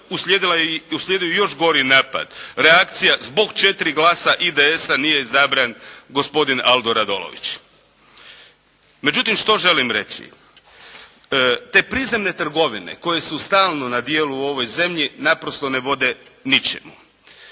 uslijedio je još gori napad, reakcija zbog četiri glasa IDS-a nije izabran gospodin Aldo Radolović. Međutim, što želim reći? Te prizemne trgovine koje su stalno na djelu u ovoj zemlji naprosto ne vode ničemu.